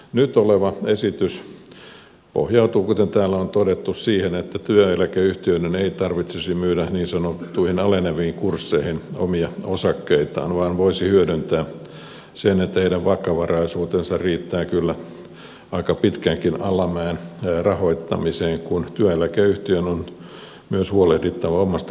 nyt oleva esitys pohjautuu kuten täällä on todettu siihen että työeläkeyhtiöiden ei tarvitsisi myydä niin sanottuihin aleneviin kursseihin omia osakkeitaan vaan ne voisivat hyödyntää sen että heidän vakavaraisuutensa riittää kyllä aika pitkänkin alamäen rahoittamiseen kun työeläkeyhtiön on myös huolehdittava omasta likviditeetistään